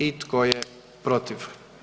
I tko je protiv?